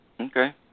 Okay